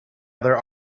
other